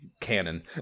canon